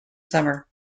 summer